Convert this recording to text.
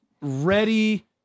ready